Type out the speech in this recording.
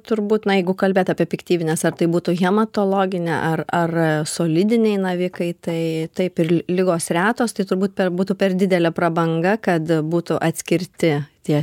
turbūt na jeigu kalbėt apie piktybines ar tai būtų hematologinė ar ar solidiniai navikai tai taip ir li ligos retos tai turbūt per būtų per didelė prabanga kad būtų atskirti tie